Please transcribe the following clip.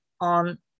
on